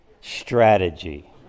strategy